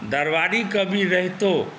दरबारी कवि रहितो